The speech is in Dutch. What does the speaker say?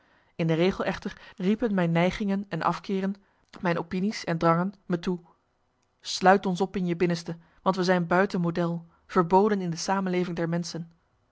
in de regel echter riepen mijn neigingen en afkeeren mijn opinies en drangen me toe sluit ons op in je binnenste want we zijn buiten model verboden in de samenleving der menschen